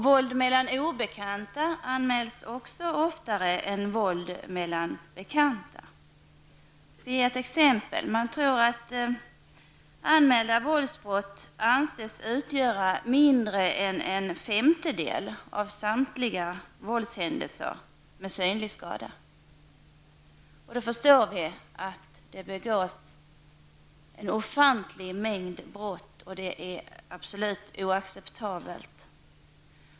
Våld mellan obekanta anmäls också oftare än våld mellan bekanta. Jag skall ge ett exempel. De anmälda våldsbrottens antal anses utgöra mindre än en femtedel av samtliga våldshändelser med synlig skada. Av det förstår vi att det begås en offantlig mängd brott, och det är absolut oacceptabelt.